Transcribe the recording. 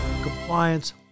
Compliance